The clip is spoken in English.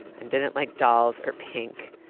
and didn't like dolls or pink.